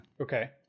Okay